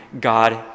God